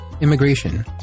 Immigration